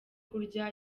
kurya